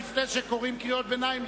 לפני שקוראים קריאות ביניים,